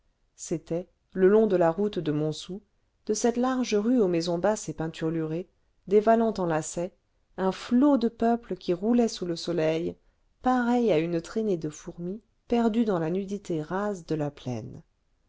c'était le long de la route de montsou de cette large rue aux maisons basses et peinturlurées dévalant en lacet un flot de peuple qui roulait sous le soleil pareil à une traînée de fourmis perdues dans la nudité rase de la plaine